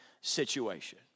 situation